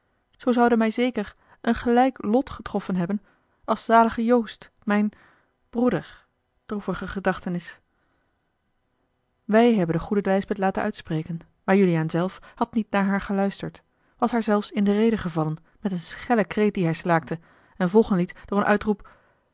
zoo zoude mij zeker een gelijk lot getroffen hebben als zaligen joost mijn broeder droeviger gedachtenis wij hebben de goede lijsbeth laten uitspreken maar juliaan zelf had niet naar haar geluisterd was haar zelfs in de rede gevallen met een schellen kreet dien hij slaakte en volgen liet door een uitroep